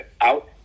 out